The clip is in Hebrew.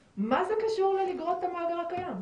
הטמעה של יכולות זיהוי פנים על גבי המערכות האלה,